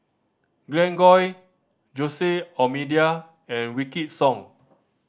Glen Goei Jose D'Almeida and Wykidd Song